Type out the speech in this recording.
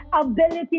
ability